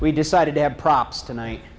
we decided to have props tonight